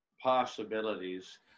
possibilities